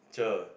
cher